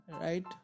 right